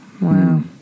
Wow